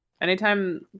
Anytime